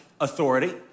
authority